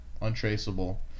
untraceable